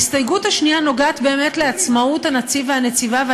ההסתייגות השנייה נוגעת לעצמאות הנציב או הנציבה.